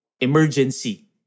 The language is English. Emergency